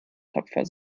tapfer